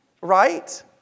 right